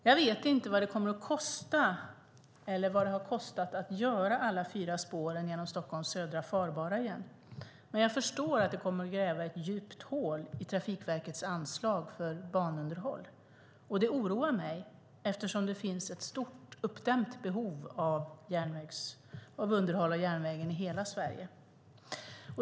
Jag vet inte vad det kommer att kosta, eller vad det har kostat, att göra alla fyra spåren genom Stockolms södra farbara igen, men jag förstår att det kommer att gräva ett djupt hål i Trafikverkets anslag för banunderhåll. Det oroar mig eftersom det finns ett stort uppdämt behov av järnvägsunderhåll i hela Sverige.